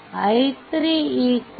i3 1